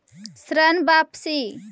ऋण वापसी?